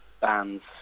bands